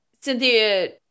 Cynthia